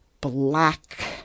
black